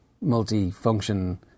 multi-function